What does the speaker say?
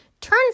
Turns